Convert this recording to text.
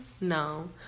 No